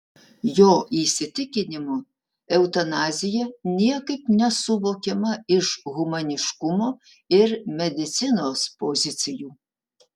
jo įsitikinimu eutanazija niekaip nesuvokiama iš humaniškumo ir medicinos pozicijų